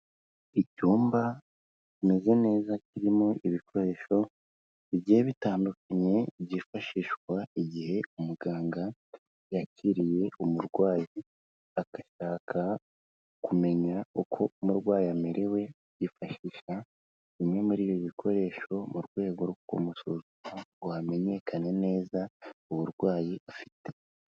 Icyumba kimeze neza kirimo ibikoresho bigiye bitandukanye byifashishwa igihe umuganga yakiriye umurwayi, agashaka kumenya uko umurwayi amerewe yifashisha bimwe muri ibi bikoresho mu rwego rwo kumusuzuma ngo hamenyekane neza uburwayi afite.